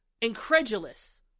incredulous